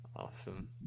Awesome